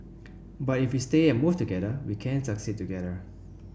but if we stay and move together we can succeed together